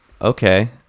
okay